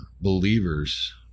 Believers